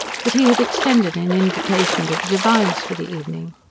that he had extended an invitation to the devines for the evening.